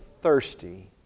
thirsty